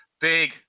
Big